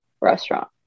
restaurant